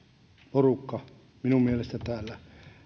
porukka minun mielestäni täällä